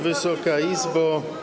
Wysoka Izbo!